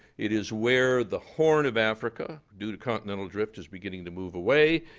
it is where the horn of africa, due to continental drift, is beginning to move away.